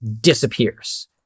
disappears